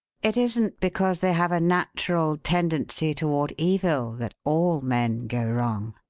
it isn't because they have a natural tendency toward evil that all men go wrong.